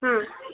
ಹಾಂ